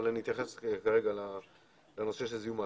אני מייחס כרגע לנושא של זיהום האוויר.